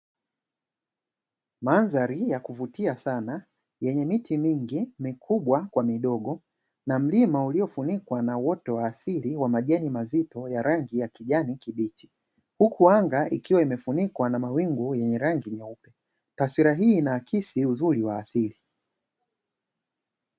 Mandhari ya kuvutia sana yenye miti mingi mikubwa kwa midogo, na mlima uliofunikwa na uoto wa asili wa majani mazito ya rangi ya kijani kibichi, huku anga likiwa limefunikwa na mawingu yenye rangi nyeupe. Taswira hii inaakisi uzuri wa asili.